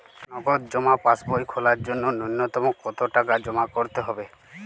নগদ জমা পাসবই খোলার জন্য নূন্যতম কতো টাকা জমা করতে হবে?